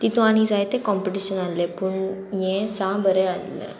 तितू आनी जाय तें कॉम्पिटिशन आहलें पूण हें सा बरें आहलें